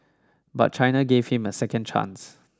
but China gave him a second chance